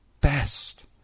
best